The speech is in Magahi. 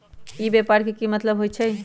ई व्यापार के की मतलब होई छई?